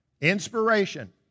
inspiration